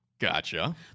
Gotcha